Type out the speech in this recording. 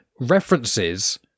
references